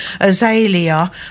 Azalea